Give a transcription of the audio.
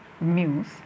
muse